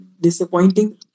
disappointing